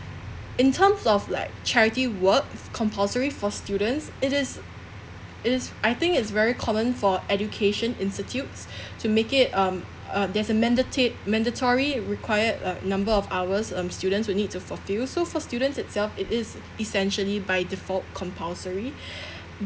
in terms of like charity work is compulsory for students it is it is I think is very common for education institutes to make it um uh there's a mandat~ mandatory required a number of hours um students will need to fulfill so for students itself it is essentially by default compulsory